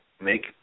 make